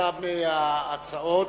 תמו ההצעות,